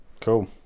Cool